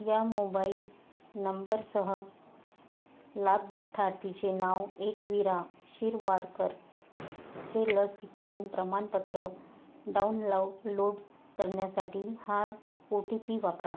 या मोबाईल नंबरसह लाभार्थीचे नाव एकविरा शिरवाडकर चे लसीकरण प्रमाणपत्र डाउनलाउ लोड करण्यासाठी हा ओ टी पी वापरा